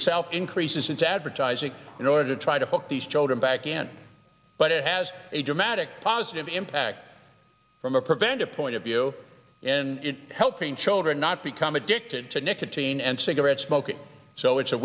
itself increases its advertising in order to try to hook these children back in but it has a dramatic positive impact from a preventive point of view in helping children not become addicted to nicotine and cigarette smoking so it's a